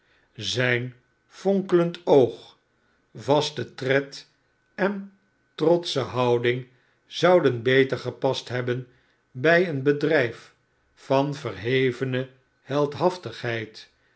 zijn fonkelend oog vaste tred en trotsche houding zouden beter gepast hebben bij een bedrijf van verhevene heldhaftigheid